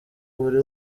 buri